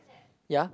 ya